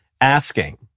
asking